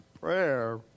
Prayer